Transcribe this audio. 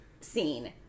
scene